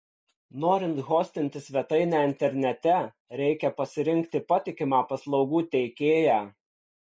norint hostinti svetainę internete reikia pasirinkti patikimą paslaugų teikėją